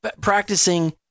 practicing